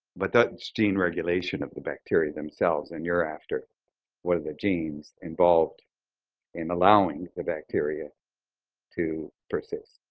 but that is gene regulation of the bacteria themselves and you're after one of the genes involved in allowing the bacteria to persist.